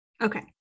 Okay